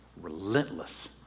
Relentless